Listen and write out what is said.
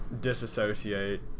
Disassociate